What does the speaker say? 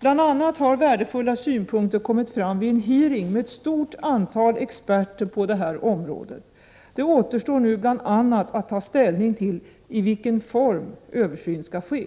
Bl.a. har värdefulla synpunkter kommit fram vid en hearing med ett stort antal experter på det här området. Det återstår nu bl.a. att ta ställning till i vilken form en översyn skall ske.